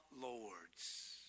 Lords